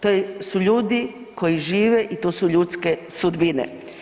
To su ljudi koji žive i to su ljudske sudbine.